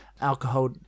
alcohol